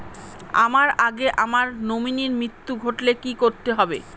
আমার আগে আমার নমিনীর মৃত্যু ঘটলে কি করতে হবে?